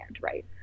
right